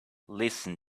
listen